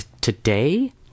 today